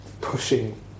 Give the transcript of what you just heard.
pushing